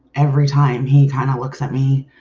every time he kind of looks at me,